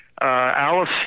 Alice